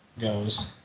goes